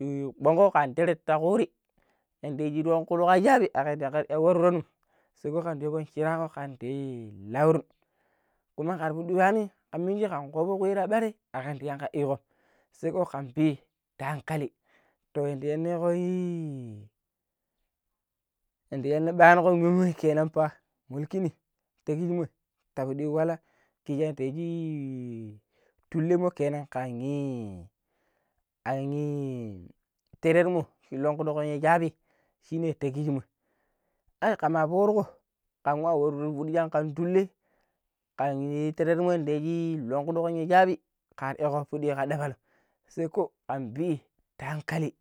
﻿yadda ji shiruwanjabi agan dakai awurwurnon sai dai kan digo chinago kan deiyi laurun kuma ga budu ruwani kaminji kan koboruwa ɓere akantiaga igo sai ko kan pi daankali to yindo nanga yii yadda banukon wemmo kenanfa mulkini ta kijimoi ti pidi yu walla yadda shi i tun lemmo kan terer mo shi lenkudon ya shabi shine ta kijimmoi ai kama foruko kan nwa wuri fudi ko kam tunle kan terermo shi kunkudo yadda shi lonkudon ya shabi kar iya koro fudi ka dabal sai ko kanbi daankali